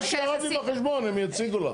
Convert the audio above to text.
מה שירד לי בחשבון הם יציגו לך.